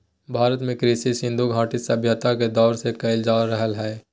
भारत में कृषि सिन्धु घटी सभ्यता के दौर से कइल जा रहलय हें